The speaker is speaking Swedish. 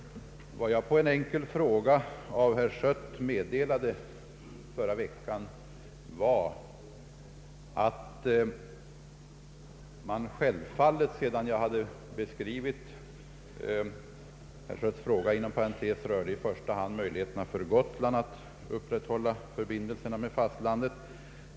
Herr Schötts fråga rörde i första hand möjligheterna för Gotland att upprätthålla förbindelserna med fastiandet.